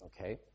okay